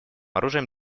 оружием